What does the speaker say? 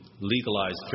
legalized